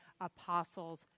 apostle's